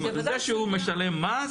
זה שהוא משלם מס,